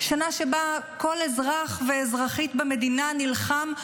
שנה שבה כל אזרח ואזרחית במדינה נלחם,